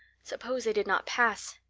suppose they did not pass!